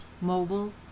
mobile